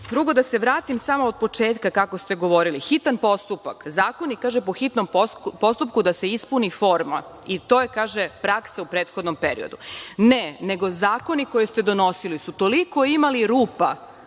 da se vratim samo od početka kako ste govorili. Hitan postupak, zakon je kaže po hitnom postupku da se ispuni forma i to je praksa u prethodnom periodu. Ne, nego zakone koje ste donosili su toliko imali rupa